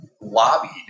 lobbied